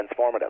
transformative